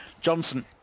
Johnson